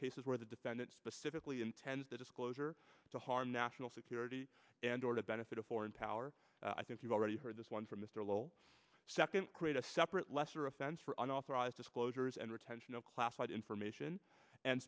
cases where the defendant specifically intends the disclosure to harm national security and or to benefit a foreign power i think you've already heard this one from mr lowell second create a separate lesser offense for unauthorized disclosures and retention of classified information and